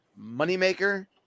moneymaker